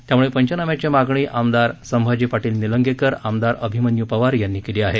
त्यामुळे पंचनाम्याची मागणी आमदार संभाजी पाटील निलंगेकर आमदार अभिमन्यु पवार यांनी केली आहे